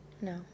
no